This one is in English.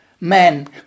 men